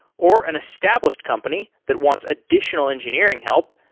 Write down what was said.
or an established company that wants additional engineering help,